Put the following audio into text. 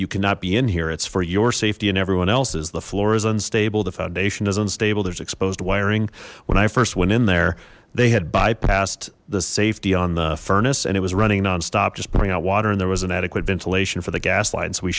you cannot be in here it's for your safety and everyone else's the floor is unstable the foundation is unstable there's exposed wiring when i first went in there they had bypassed the safety on the furnace and it was running non stop just pouring out water and there was an adequate ventilation for the gas line so we